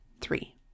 three